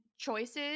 choices